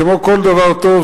כמו כל דבר טוב,